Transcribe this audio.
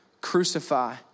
crucify